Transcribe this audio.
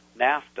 NAFTA